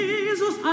Jesus